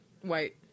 white